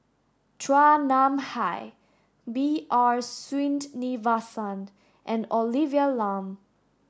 Chua Nam Hai B R Sreenivasan and Olivia Lum